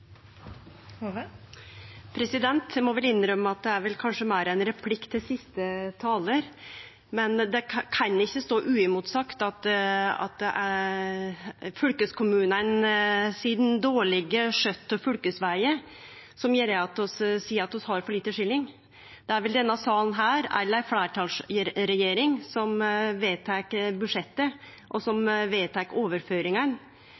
vel meir ein replikk til siste talar. Det kan ikkje stå uimotsagt at det er fylkeskommunane sin dårlege skjøtsel av fylkesvegane som gjer at vi seier at vi har for lite skilling. Det er vel denne salen her, ut frå ei fleirtalsregjering, som vedtek budsjettet, og